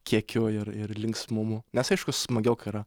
kiekiu ir ir linksmumu nes aišku smagiau kai yra